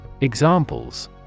Examples